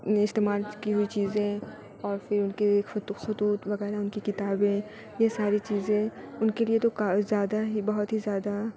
استعمال کی ہوئی چیزیں اور پھر ان کی خطوط وغیرہ ان کی کتابیں یہ ساری چیزیں ان کے لیے تو زیادہ ہی بہت ہی زیادہ